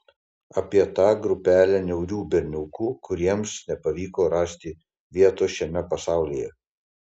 apie tą grupelę niaurių berniukų kuriems nepavyko rasti vietos šiame pasaulyje